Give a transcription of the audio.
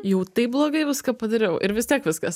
jau taip blogai viską padariau ir vis tiek viskas